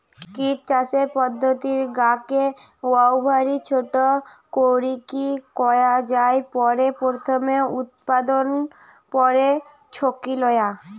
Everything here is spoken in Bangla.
কিট চাষের পদ্ধতির গা কে অউভাবি ছোট করিকি কয়া জাই পারে, প্রথমে উতপাদন, পরে ছাকি লয়া